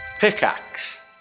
Pickaxe